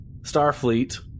Starfleet